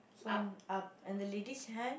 went up and the lady's hand